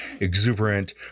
exuberant